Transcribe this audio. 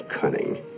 cunning